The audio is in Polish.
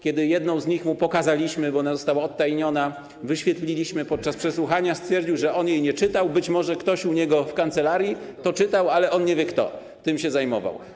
Kiedy jedną z nich mu pokazaliśmy, bo ona została odtajniona, wyświetliliśmy ją podczas przesłuchania, stwierdził, że on jej nie czytał, że być może ktoś u niego w kancelarii to czytał, ale on nie wie, kto tym się zajmował.